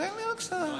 תן לי רק שנייה.